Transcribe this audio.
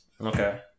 Okay